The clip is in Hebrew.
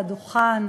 על הדוכן,